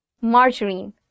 Margarine